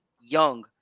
young